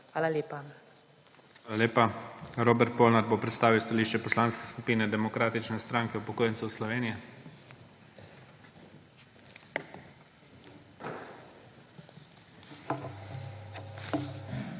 ZORČIČ:** Hvala lepa. Robert Polnar bo predstavil stališče Poslanske skupine Demokratične stranke upokojencev Slovenije. **ROBERT